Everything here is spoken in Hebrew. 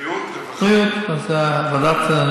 הרווחה והבריאות.